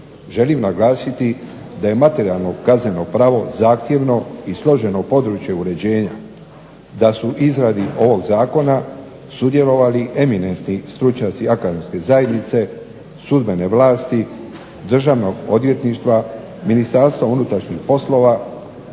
želim naglasiti da je materijalno kazneno pravo zahtjevno i složeno područje uređenja, da su u izradi ovog zakona sudjelovali eminentni stručnjaci akademske zajednice, sudbene vlasti, Državnog odvjetništva, Ministarstva unutrašnjih poslova,